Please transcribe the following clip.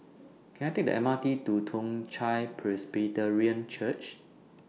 Can I Take The M R T to Toong Chai Presbyterian Church